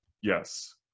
yes